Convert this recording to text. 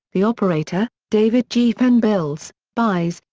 the operator david geffen builds, buys,